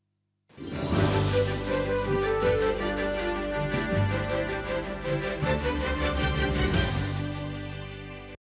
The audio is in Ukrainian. Дякую